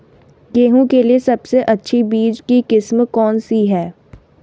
गेहूँ के लिए सबसे अच्छी बीज की किस्म कौनसी है?